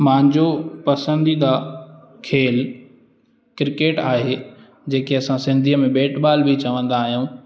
मुंहिंजो पसंदीदा खेल क्रिकेट आहे जेके असां सिंधीअ में बेटबॉल बि चवंदा आहियूं